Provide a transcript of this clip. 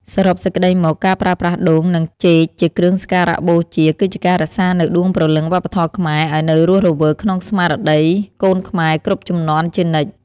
សរុបសេចក្តីមក ការប្រើប្រាស់ដូង និងចេកជាគ្រឿងសក្ការបូជា គឺជាការរក្សានូវដួងព្រលឹងវប្បធម៌ខ្មែរឱ្យនៅរស់រវើកក្នុងស្មារតីកូនខ្មែរគ្រប់ជំនាន់ជានិច្ច។